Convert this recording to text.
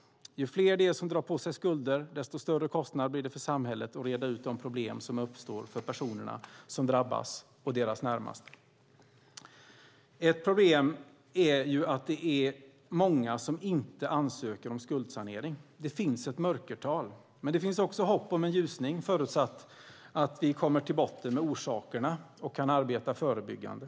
Ju fler det är som drar på sig skulder, desto större kostnad blir det för samhället att reda ut de problem som uppstår för personerna som drabbas och deras närmaste. Ett problem är att det är många som inte ansöker om skuldsanering. Det finns ett mörkertal, men det finns också hopp om en ljusning förutsatt att vi kommer till botten med orsakerna och kan arbeta förebyggande.